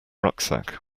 rucksack